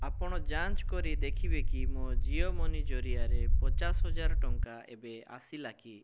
ଆପଣ ଯାଞ୍ଚ୍ କରି ଦେଖିବେକି ମୋ ଜିଓ ମନି ଜରିଆରେ ପଚାଶହଜାର ଟଙ୍କା ଏବେ ଆସିଲା କି